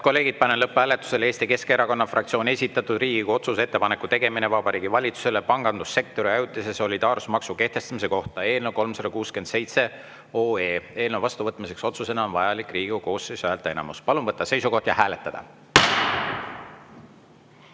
kolleegid, panen lõpphääletusele Eesti Keskerakonna fraktsiooni esitatud Riigikogu otsuse "Ettepaneku tegemine Vabariigi Valitsusele pangandussektori ajutise solidaarsusmaksu kehtestamise kohta" eelnõu 367. Eelnõu vastuvõtmiseks otsusena on vajalik Riigikogu koosseisu häälteenamus. Palun võtta seisukoht ja hääletada!